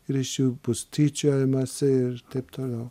ir iš jų bus tyčiojamasi ir taip toliau